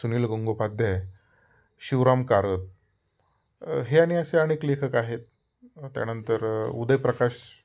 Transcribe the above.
सुनील गंगोपाध्याय शिवराम कारंत हे आणि असे अनेक लेखक आहेत त्यानंतर उदय प्रकाश